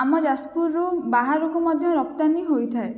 ଆମ ଯାଜପୁରରୁ ବାହାରୁକୁ ମଧ୍ୟ ରପ୍ତାନି ହୋଇଥାଏ